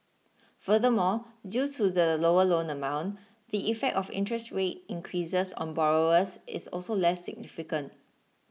furthermore due to the lower loan amount the effect of interest rate increases on borrowers is also less significant